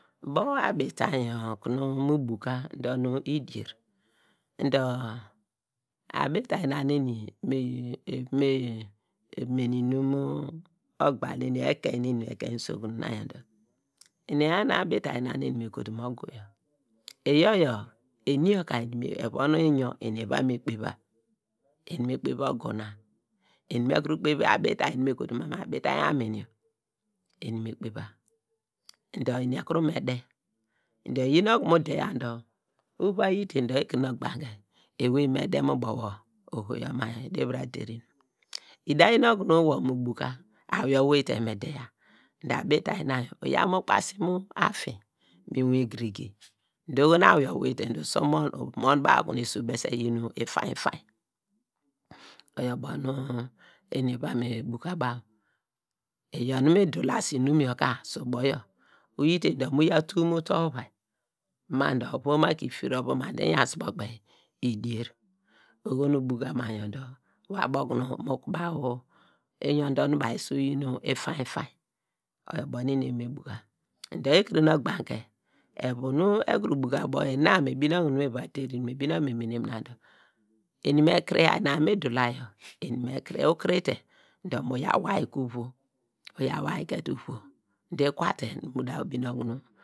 Ubo abitainy na yor okunu mu buka dor nu idier dor abi tainy na nu eni ala me mene inum nu ogbal neni ekein neni ekein usokun na yor na dor eni eyan abi tainy na nu eny me kotu mu ogu yor iyor yor eni yor ka evon nyor eva me kpeva, eni me kpev ogu na eni me kuru kpev abitainy nu ekotu ma nu abitainy aniin yor eni me kpev, dor eni ekuru me de, dor iyin okunu mu deya dor uva yite dor ekire nu ogbagne ewey me de mu ubo wor oho yor mu yor eda vira der` inum ida yin okunu wor mu buka awiye owite mi deya dor abitainy na yor uyaw mu buka mu ofiny, uyaw mu kpasi mu afiny inwin igirigi dor oho nu awuye owite usu mon, umon baw okunu isu bese yin ifainy ifainy oyor ubo nu eri eva me buka baw, iyaw nu mi dula se inum yor ka su ubo yor uyite dor mu yaw tuw mu uto uvia ma dor iva dor ovu ofir ovu ma dor iyan subo kpey idier oho nu ubuka ma yor dor wor abo okuno mu kubaw nyio dor nu baw esu yin ifainy ifainy oyor ubo nu eni eva me buka dor ekire nu obanke evu nu ekuru buka ubo yor, ina nu binen okunu miva der inum mi bine. Okunu me mene mina dor, eni me kir, ina nu mi dula yor eni me kir` ya dor ina nu midula yor, dor muya wayi ke uvuw dor ikwa te mu da bine okunu.